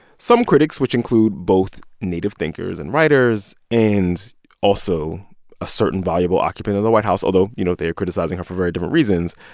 some critics, which include both native thinkers and writers and also a certain voluble occupant of the white house, although, you know, they are criticizing her for very different reasons,